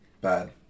bad